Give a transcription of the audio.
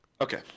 Okay